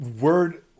word